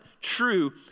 true